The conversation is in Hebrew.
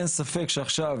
אין ספק שעכשיו,